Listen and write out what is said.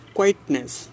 Quietness